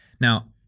Now